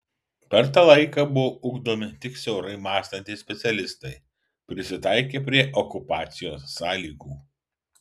per tą laiką buvo ugdomi tik siaurai mąstantys specialistai prisitaikę prie okupacijos sąlygų